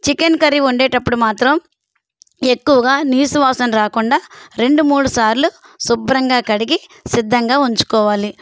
chicken curry వండేటప్పుడు మాత్రం ఎక్కువగా నీసు వాసన రాకుండా రెండు మూడు సార్లు శుభ్రంగా కడిగి సిద్ధంగా ఉంచుకోవాలి